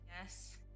Yes